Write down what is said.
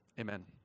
amen